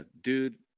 Dude